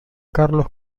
carlos